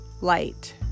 light